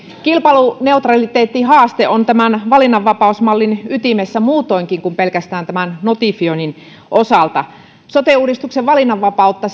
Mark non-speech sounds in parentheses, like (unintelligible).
kilpailuneutraliteettihaaste on tämän valinnanvapausmallin ytimessä muutoinkin kuin pelkästään tämän notifioinnin osalta sote uudistuksen valinnanvapautta (unintelligible)